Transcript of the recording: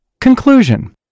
Conclusion